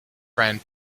friend